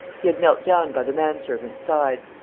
he had knelt down by the man-servant's side.